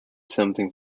something